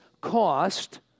cost